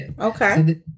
Okay